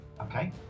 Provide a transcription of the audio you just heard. Okay